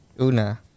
Una